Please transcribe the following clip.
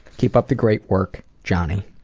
keep up the great work, johnny.